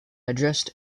addressed